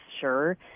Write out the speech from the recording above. sure